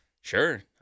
Sure